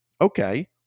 okay